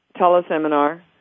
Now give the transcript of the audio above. teleseminar